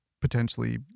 Potentially